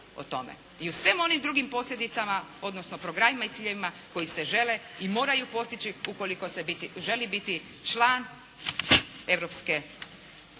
o tome i u svim onim drugim posljedicama, odnosno programima i ciljevima koji se žele i moraju postići ukoliko se želi biti član Europske